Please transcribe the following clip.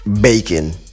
bacon